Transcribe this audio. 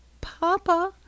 Papa